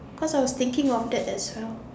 cause I was thinking of that as well